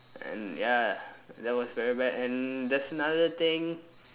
and ya that was very bad and there's another thing